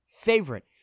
favorite